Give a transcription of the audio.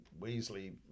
weasley